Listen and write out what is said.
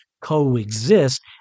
Coexist